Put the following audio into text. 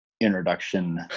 introduction